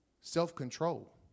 Self-control